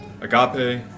agape